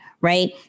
Right